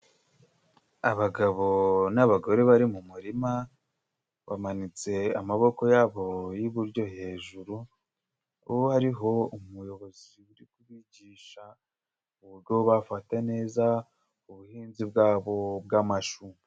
Abagabo n'abagore bari mu murima, bamanitse amaboko yabo y'iburyo hejuru. Ubu harihoho umuyobozi burigisha uburyo bafa neza ubuhinzi bwabo bw'amashu.